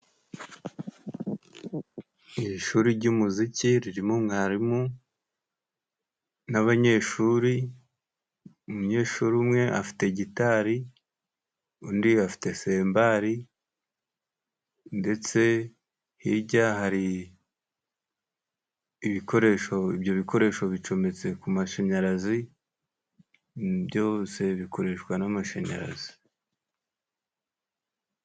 Iri shuri ry'umuziki ririmo mwarimu n'abanyeshuri, umunyeshuri umwe afite gitari, undi afite sembari, ndetse hirya hari ibikoresho. Ibyo bikoresho bicometse ku mashanyarazi, byose bikoreshwa n'amashanyarazi.